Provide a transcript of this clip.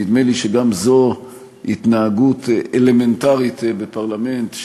נדמה לי שגם זו התנהגות אלמנטרית בפרלמנט,